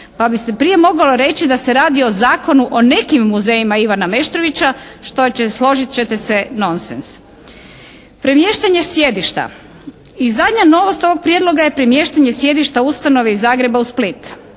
pa bi se prije moglo reći da se radi o Zakonu o nekim muzejima Ivana Meštrovića što će složit ćete se nonsens. Premještanje sjedišta i zadnja novost ovog Prijedloga je premještanje sjedišta ustanove iz Zagreba u Split.